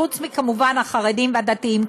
כמובן חוץ מהחרדים והדתיים,